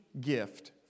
gift